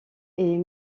est